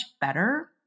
better